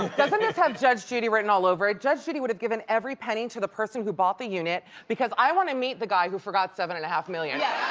doesn't this have judge judy written all over it? judge judy would have given every penny to the person who bought the unit, because i want to meet the guy who forgot seven and a half million. yeah